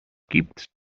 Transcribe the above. gibt